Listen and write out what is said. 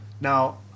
Now